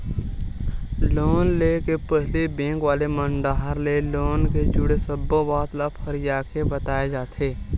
loan ले के पहिली बेंक वाले मन डाहर ले लोन ले जुड़े सब्बो बात ल फरियाके बताए जाथे